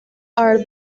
are